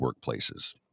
workplaces